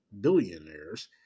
billionaires